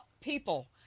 People